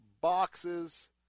boxes